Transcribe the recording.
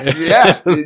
Yes